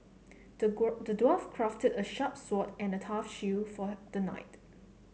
the dwarf crafted a sharp sword and a tough shield for the knight